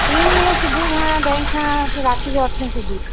टीअनि ॾींअं सुबुहु खां ॾए खां असुल राति जो अठे सुधि